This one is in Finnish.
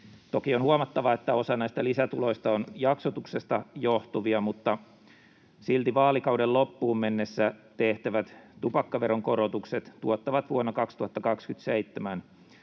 Toki on huomattava, että osa näistä lisätuloista on jaksotuksesta johtuvia, mutta silti vaalikauden loppuun mennessä tehtävät tupakkaveron korotukset tuottavat vuonna 2027